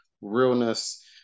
realness